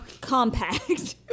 compact